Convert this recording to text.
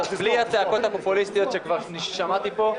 בלי הצעקות הפופוליסטיות שכבר שמעתי פה,